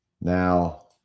Now